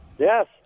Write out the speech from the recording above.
Yes